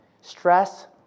Stress